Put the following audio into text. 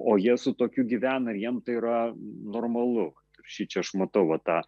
o jie su tokiu gyvena ir jiem tai yra normalu šičia aš matau va tą